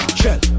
shell